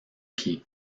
pied